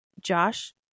Josh